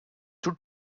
two